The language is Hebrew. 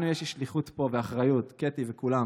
לנו יש שליחות ואחריות פה, קטי וכולם,